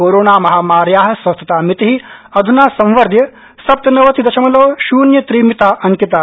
corona महामार्या स्वस्थतामिति अध्ना संवध्य सप्तनवति दशमलव शून्य त्रि मिता अंकिता